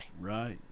Right